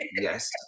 yes